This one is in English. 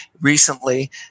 recently